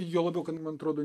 juo labiau kad man atrodo